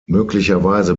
möglicherweise